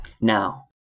Now